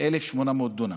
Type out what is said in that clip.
ב-1,800 דונם,